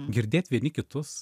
girdėt vieni kitus